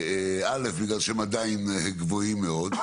א', בגלל שהם עדיין גבוהים מאוד,